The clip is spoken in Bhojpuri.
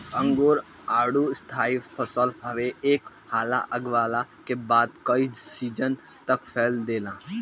अंगूर, आडू स्थाई फसल हवे एक हाली लगवला के बाद कई सीजन तक फल देला